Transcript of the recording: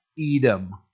Edom